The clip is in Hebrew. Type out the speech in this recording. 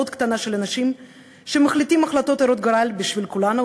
קטנה של אנשים שמחליטים החלטות הרות גורל בשביל כולנו,